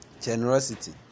generosity